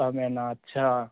ॿ महिना अच्छा